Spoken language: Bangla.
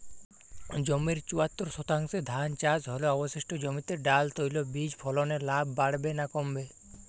জমির চুয়াত্তর শতাংশে ধান চাষ হলে অবশিষ্ট জমিতে ডাল তৈল বীজ ফলনে লাভ বাড়বে না কমবে?